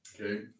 Okay